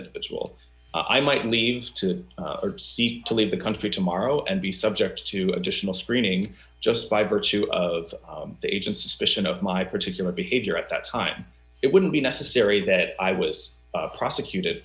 will i might leave to seek to leave the country tomorrow and be subject to additional screening just by virtue of the age of suspicion of my particular behavior at that time it wouldn't be necessary that i was prosecuted